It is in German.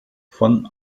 von